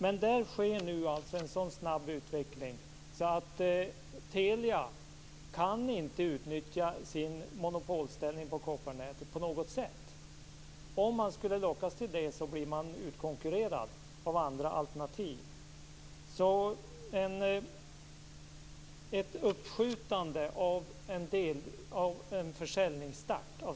Men där sker det alltså nu en så snabb utveckling att Telia inte kan utnyttja sitt monopol på kopparnätet på något sätt. Om man skulle lockas till det blir man utkonkurrerad av andra alternativ.